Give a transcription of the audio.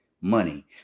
money